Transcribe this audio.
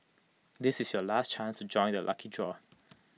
this is your last chance to join the lucky draw